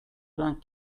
vingt